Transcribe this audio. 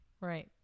Right